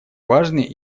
важный